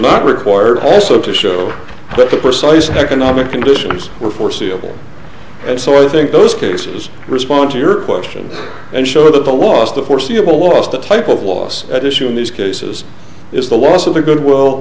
not required also to show that the precise economic conditions were foreseeable and so i think those cases respond to your question and show that the loss the foreseeable loss the type of loss at issue in these cases is the loss of the goodwill